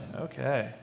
Okay